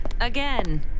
again